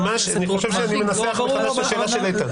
אני חושב שאני מנסח בכלל את השאלה של איתן.